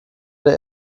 der